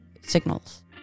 signals